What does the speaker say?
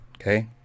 Okay